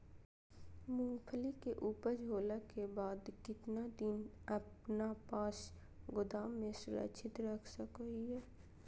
मूंगफली के ऊपज होला के बाद कितना दिन अपना पास गोदाम में सुरक्षित रख सको हीयय?